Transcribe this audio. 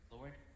Lord